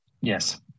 Yes